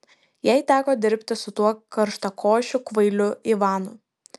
jai teko dirbti su tuo karštakošiu kvailiu ivanu